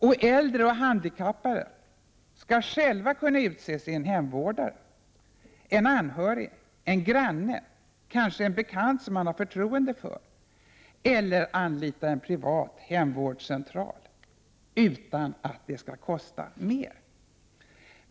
Och äldre och handikappade skall själva kunna utse sin hemvårdare — en anhörig, en granne, kanske en bekant som man har förtroende för — eller anlita en privat hemvårdscentral, utan att det skall kosta mer.